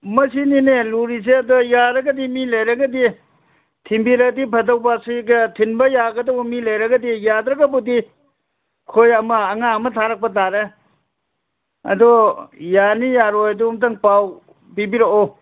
ꯃꯁꯤꯅꯤꯅꯦ ꯂꯨꯔꯤꯁꯦ ꯑꯗ ꯌꯥꯔꯒꯗꯤ ꯃꯤ ꯂꯩꯔꯒꯗꯤ ꯊꯤꯟꯕꯤꯔꯛꯑꯗꯤ ꯐꯗꯧꯕ ꯁꯤꯒ ꯊꯤꯟꯕ ꯌꯥꯒꯗꯧꯕ ꯃꯤ ꯂꯩꯔꯒꯗꯤ ꯌꯥꯗ꯭ꯔꯥꯒꯕꯨꯗꯤ ꯑꯩꯈꯣꯏ ꯑꯃ ꯑꯉꯥꯡ ꯑꯃ ꯊꯥꯔꯛꯄ ꯇꯥꯔꯦ ꯑꯗꯣ ꯌꯥꯅꯤ ꯌꯥꯔꯣꯏ ꯑꯗꯨ ꯑꯝꯇꯪ ꯄꯥꯎ ꯄꯤꯕꯤꯔꯛꯑꯣ